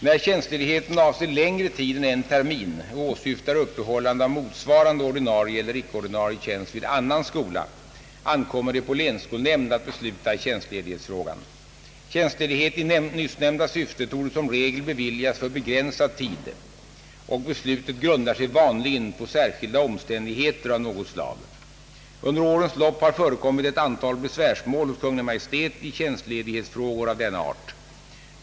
När tjänstledigheten avser längre tid än en termin och åsyftar uppehållande av motsvarande ordinarie eller ickeordinarie tjänst vid annan skola ankommer det på länsskolnämnd att besluta i tjänstledighetsfrågan. Tjänstledighet i nyssnämnda syfte torde som regel beviljas för begränsad tid, och beslutet grundar sig vanligen på särskilda omständigheter av något slag. Under årens lopp har förekommit ett antal besvärsmål hos Kungl. Maj:t i tjänstledighetsfrågor av denna art.